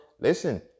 Listen